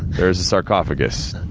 there is a sarcophagus.